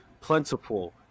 plentiful